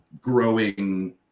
growing